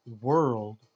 world